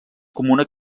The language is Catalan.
comuna